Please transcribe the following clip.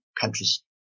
countries